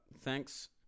thanks